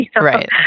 Right